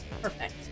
perfect